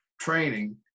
training